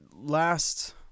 last